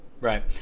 Right